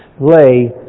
lay